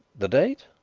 the date?